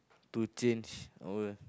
to change over